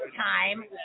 time